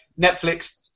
Netflix